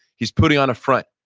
he's putting on a front.